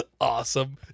awesome